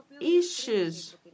issues